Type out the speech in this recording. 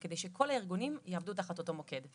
כדי שכל הארגונים יעבדו תחת אותו מוקד.